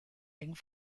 eng